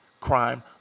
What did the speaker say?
crime